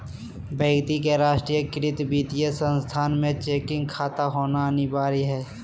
व्यक्ति का राष्ट्रीयकृत वित्तीय संस्थान में चेकिंग खाता होना अनिवार्य हइ